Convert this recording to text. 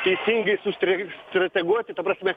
teisingai sustrei sustrateguoti ta prasme